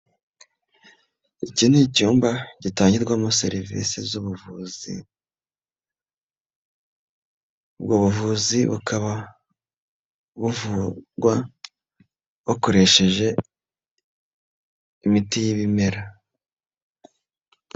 Iki ni icyumba gitangirwamo serivisi z'ubuvuzi, ubwo buvuzi bukaba buvurwa bukoresheje imiti y'ibimera.